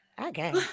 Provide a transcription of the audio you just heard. Okay